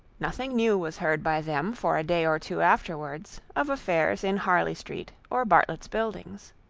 nothing new was heard by them, for a day or two afterwards, of affairs in harley street, or bartlett's buildings.